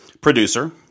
producer